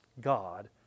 God